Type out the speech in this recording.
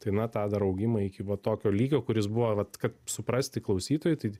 tai na tą dar augimą iki va tokio lygio kuris buvo vat kad suprasti klausytojui tai